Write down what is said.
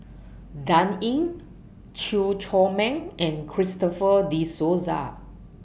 Dan Ying Chew Chor Meng and Christopher De Souza